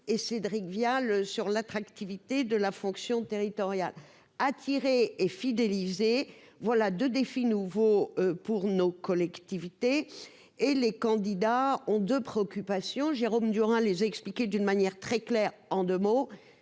et Cédric Vial sur l'attractivité de la fonction territoriale attirer et fidéliser voilà 2 défis nouveau pour nos collectivités. Et les candidats ont de préoccupations Jérôme Durain les expliquer d'une manière très claire en 2 mots,